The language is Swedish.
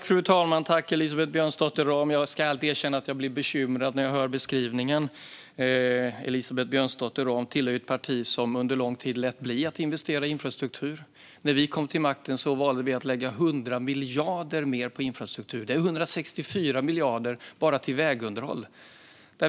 Fru talman! Tack, Elisabeth Björnsdotter Rahm! Jag ska allt erkänna att jag blir bekymrad när jag hör beskrivningen. Elisabeth Björnsdotter Rahm tillhör ju ett parti som under lång tid lät bli att investera i infrastruktur. När vi kom till makten valde vi att lägga 100 miljarder mer på infrastruktur. Det är 164 miljarder bara till vägunderhåll.